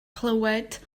clywed